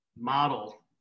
model